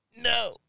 no